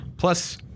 Plus